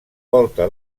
volta